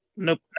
Nope